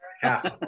half